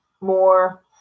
more